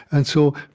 and so